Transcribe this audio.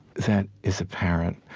that is apparent.